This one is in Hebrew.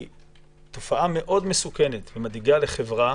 כי זו תופעה מאוד מסוכנת ומדאיגה לחברה